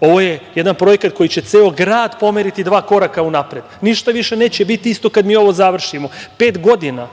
Ovo je jedan projekta koji će ceo grad pomeriti dva koraka unapred. Ništa više neće biti isto kada mi ovo završimo. Pet godina